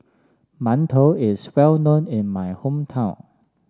Mantou is well known in my hometown